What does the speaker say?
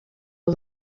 aba